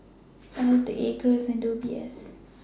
Eld Acres and O B S